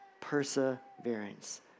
perseverance